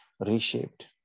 Reshaped